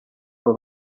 for